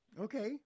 Okay